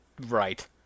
Right